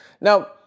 Now